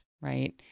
Right